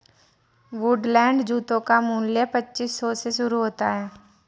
Woodland जूतों का मूल्य पच्चीस सौ से शुरू होता है